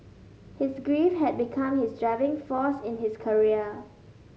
his grief had become his driving force in his career